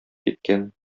киткән